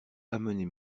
amener